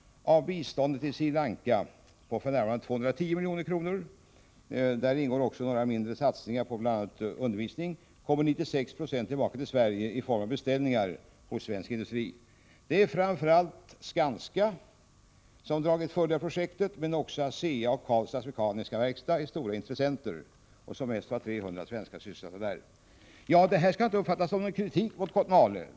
Av biståndet till Sri Lanka på f. n. 210 miljoner kronor per år kommer 96 procent tillbaka till Sverige i form av beställningar hos svensk industri. Det är framför allt Skanska ——— som dragit fördel av projektet, men också ASEA och Karlstads Mekaniska Werkstad är stora intressenter. Som mest var 300 svenskar sysselsatta vid projektet under 1984.” Det här skall inte uppfattas som någon kritik mot Kotmale.